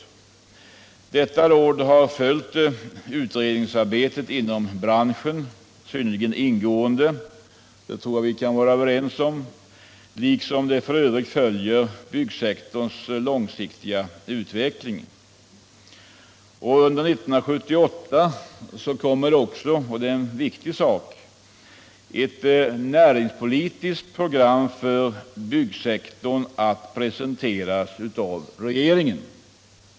Detta råd har följt utredningsarbetet inom branschen synnerligen ingående — det tror jag vi kan vara överens om -— liksom rådet f.ö. följer byggsektorns långsiktiga utveckling. Under 1978 kommer också, det är en viktig sak, ett näringspolitiskt program för byggsektorn att presenteras av regeringen.